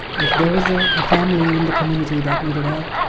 if there was a ah family in the community that needed help,